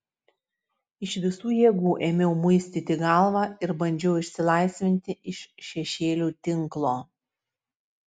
iš visų jėgų ėmiau muistyti galvą ir bandžiau išsilaisvinti iš šešėlių tinklo